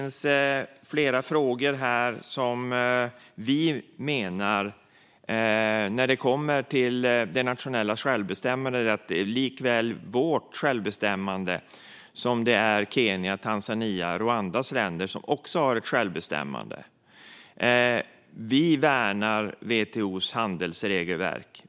När det kommer till det nationella självbestämmandet finns det flera frågor som vi menar lika mycket gäller vårt självbestämmande som Kenyas, Tanzanias och Rwandas självbestämmande. Vi värnar WTO:s handelsregelverk.